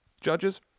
Judges